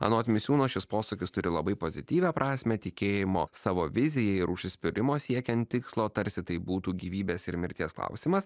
anot misiūno šis posakis turi labai pozityvią prasmę tikėjimo savo vizija ir užsispyrimo siekiant tikslo tarsi tai būtų gyvybės ir mirties klausimas